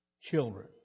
children